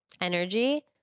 energy